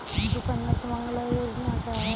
सुकन्या सुमंगला योजना क्या है?